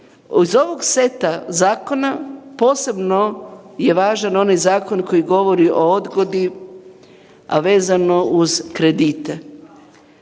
Iz ovog seta zakona posebno je važan onaj zakon koji govori o odgodi, a vezano uz kredite.